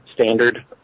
Standard